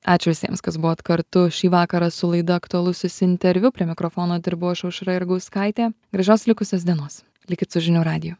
ačiū visiems kas buvot kartu šį vakarą su laida aktualusis interviu prie mikrofono dirbau aš aušra jurgauskaitė gražios likusios dienos likit su žinių radiju